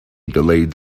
delayed